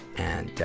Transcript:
and